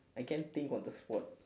I can't think on the spot